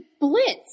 blitz